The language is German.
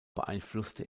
beeinflusste